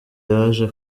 yaje